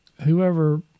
whoever